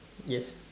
yes